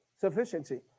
Sufficiency